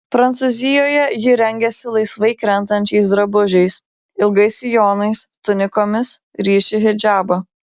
prancūzijoje ji rengiasi laisvai krentančiais drabužiais ilgais sijonais tunikomis ryši hidžabą